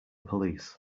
police